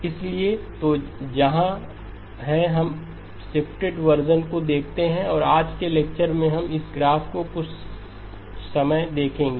इसलिए तो यहाँ है जहाँ हम शिफ्टेड वर्शन को देखते हैं और आज के लेक्चर में हम इस ग्राफ को कुछ समय देखेंगे